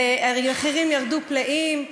המחירים ירדו פלאים,